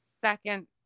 second